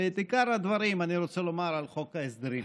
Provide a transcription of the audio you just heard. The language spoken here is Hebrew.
ואת עיקר הדברים אני רוצה לומר על חוק ההסדרים.